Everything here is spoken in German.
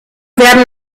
werden